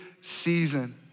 season